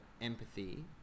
empathy